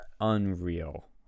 unreal